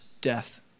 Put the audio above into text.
death